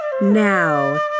Now